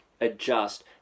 adjust